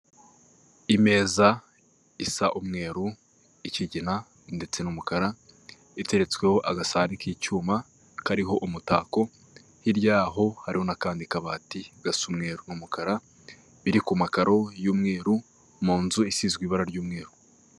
Ibi ni ibiro by'ivunjisha aho ujyana amafaranga yawe baguha agaciro kuko bakuvunjiraho niba bashaka mumanyarwanda abayajyana mu madolari urabona hari ibiro byinshi bifite imiryango iriho umuhondo n'icyatsi bakwereka aho bya ayo madirishya y'umuhondo niho umuntu ahagarara bakamuvungira.